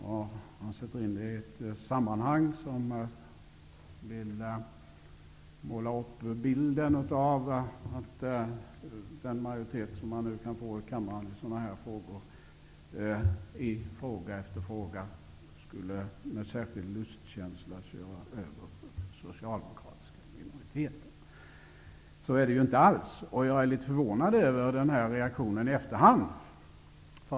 Sedan satte han in beslutet i ett sammanhang där han målade upp bilden av att en majoritet i fråga efter fråga med särskild lustkänsla skulle köra över den socialdemokratiska minoriteten. Så är ju inte fallet. Jag är litet förvånad över denna reaktion i efterhand.